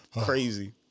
Crazy